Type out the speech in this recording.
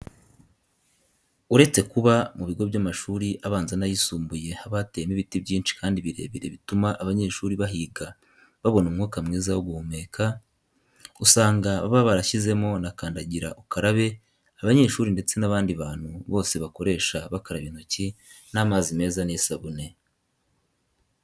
Uretse kuba mu bigo by'amashuri abanza n'ayisumbuye haba hateyemo ibiti byinshi kandi birebire bituma abanyeshuri bahiga babona umwuka mwiza wo guhumeka. Usanga baba barashyizemo na kandagira ukarabe abanyeshuri ndetse n'abandi bantu bose bakoresha bakaraba intoki n'amazi meza n'isabune.